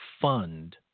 fund